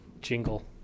jingle